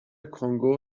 کنگو